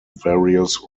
various